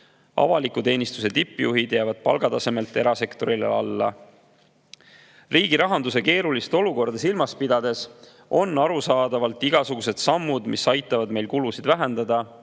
Avaliku teenistuse tippjuhtide palgatase jääb erasektorile alla. Riigi rahanduse keerulist olukorda silmas pidades on arusaadavalt vajalikud igasugused sammud, mis aitavad meil kulusid vähendada.